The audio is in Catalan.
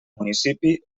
municipi